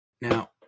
Now